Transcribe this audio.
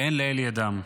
ואין לאל ידם,